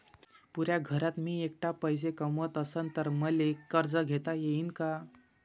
पुऱ्या घरात मी ऐकला पैसे कमवत असन तर मले कर्ज घेता येईन का?